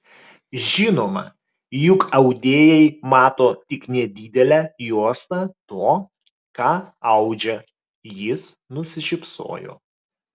žinoma juk audėjai mato tik nedidelę juostą to ką audžia jis nusišypsojo